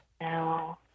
No